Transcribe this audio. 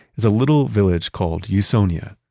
is a little village called usonia.